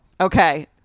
Okay